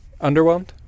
Underwhelmed